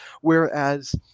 whereas